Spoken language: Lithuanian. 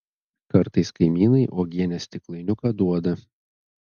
kartais kaimynai uogienės stiklainiuką duoda